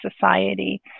society